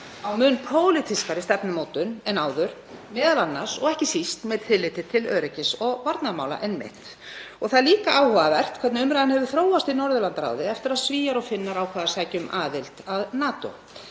á mun pólitískari stefnumótun en áður, m.a. og ekki síst einmitt með tilliti til öryggis- og varnarmála. Það er líka áhugavert hvernig umræðan hefur þróast í Norðurlandaráði eftir að Svíar og Finnar ákváðu að sækja um aðild að NATO.